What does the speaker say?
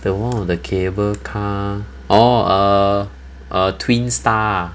the one on the cable car orh err err twin star